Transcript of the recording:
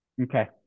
Okay